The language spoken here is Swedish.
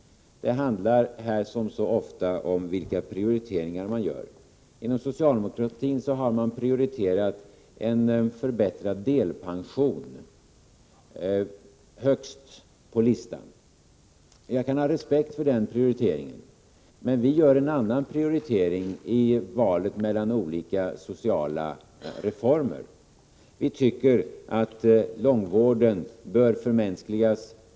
Det handlar som så ofta om vilka prioriteringar man gör. Inom socialdemokratin har ni satt en förbättrad delpension högst på listan. Jag kan ha respekt för den prioriteringen, men vi gör en annan prioritering i valet mellan olika sociala reformer. Vi tycker att långvården bör förmänskligas.